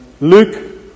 Luke